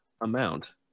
amount